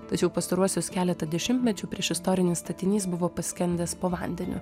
tačiau pastaruosius keletą dešimtmečių priešistorinis statinys buvo paskendęs po vandeniu